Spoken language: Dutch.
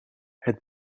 het